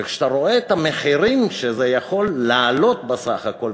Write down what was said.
וכשאתה רואה את המחירים שזה יכול לעלות בסך הכול,